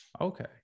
Okay